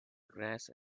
grass